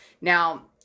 Now